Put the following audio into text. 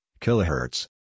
kilohertz